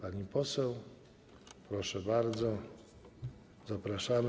Pani poseł, proszę bardzo, zapraszamy.